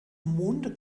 monde